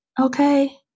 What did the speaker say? Okay